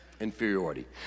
Inferiority